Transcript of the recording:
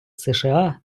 сша